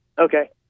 Okay